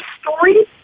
story